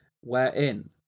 wherein